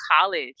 college